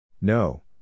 No